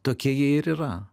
tokie jie ir yra